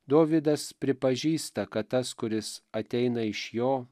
dovydas pripažįsta kad tas kuris ateina iš jo